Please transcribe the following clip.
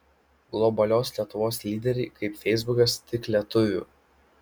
globalios lietuvos lyderiai kaip feisbukas tik lietuvių